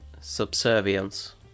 subservience